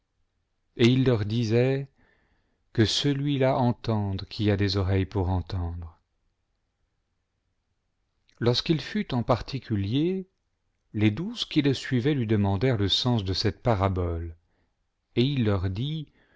et il leur disait que celui-là entende quia des oreilles pour entendre lorsqu'il fut en particulier les douze qui le suivaient lui demandèrent le sens de cette parabole et il leur dit